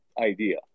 idea